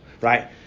Right